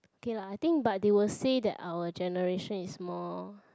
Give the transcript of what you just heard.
okay lah I think but they will say that our generation is more